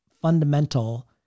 fundamental